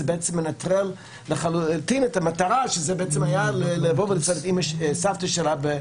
זה מנטרל ולא תואם את המטרה לשמה הוא הגיע לכאן.